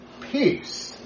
Peace